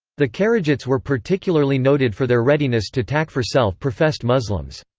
the kharijites were particularly noted for their readiness to takfir self-professed muslims.